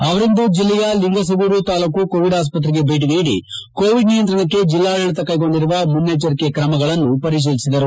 ಅವರಿಂದು ಜಿಲ್ಲೆಯ ಲಿಂಗಸಗೂರು ತಾಲೂಕು ಕೋವಿಡ್ ಆಸ್ಪತ್ರೆಗೆ ಭೇಟಿ ನೀಡಿ ಕೋವಿಡ್ ನಿಯಂತ್ರಣಕ್ಕೆ ಜಿಲ್ಲಾಡಳಿತ ಕೈಗೊಂಡಿರುವ ಮುನ್ನಚ್ಛರಿಕೆ ಗಳನ್ನು ಪರಿಕೀಲಿಸಿದರು